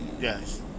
Yes